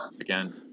Again